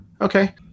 Okay